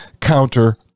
counter